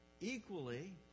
Equally